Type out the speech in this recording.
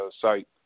site